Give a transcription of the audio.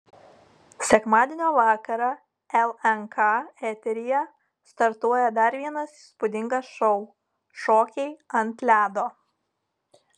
sekmadienio vakarą lnk eteryje startuoja dar vienas įspūdingas šou šokiai ant ledo